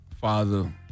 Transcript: Father